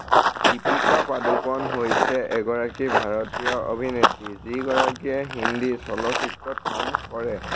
দীপিকা পাডুকোন হৈছে এগৰাকী ভাৰতীয় অভিনেত্ৰী যিগৰাকীয়ে হিন্দী চলচ্চিত্ৰত কাম কৰে